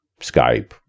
Skype